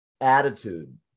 attitude